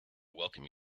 welcome